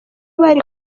bari